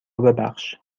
ببخش